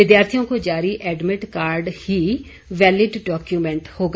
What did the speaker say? विद्यार्थियों को जारी एडमिट कार्ड ही वेलिड डाक्यूमेंट होगा